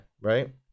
right